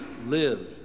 live